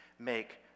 make